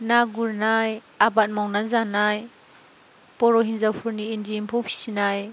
ना गुरनाय आबाद मावनानै जानाय बर' हिन्जावफोरनि इन्दि एम्फौ फिसिनाय